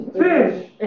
Fish